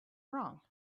wrong